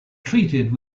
treated